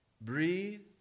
Breathe